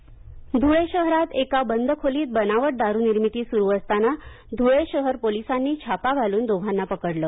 बनावट दारू धळे ध्रळे शहरात एका बंद खोलीत बनावट दारु निर्मिती सुरु असतांना धुळे शहर पोलिसांनी छापा घालून दोघांना पकडलं